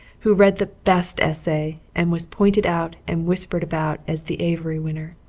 who read the best essay and was pointed out and whispered about as the avery winner.